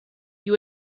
you